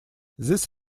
this